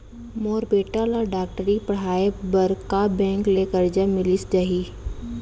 मोर बेटा ल डॉक्टरी पढ़ाये बर का बैंक ले करजा मिलिस जाही?